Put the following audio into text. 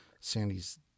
sandy's